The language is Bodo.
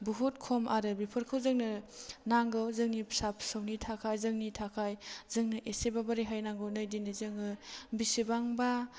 बहुद खम आरो बेफोरखौ जोंनो नांगौ जोंनि फिसा फिसौनि थाखाय जोंनि थाखाय जोंनो इसेबाबो रेहाय नांगौ नै दिनै जोङो बिसिबांबा